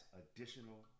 additional